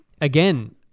Again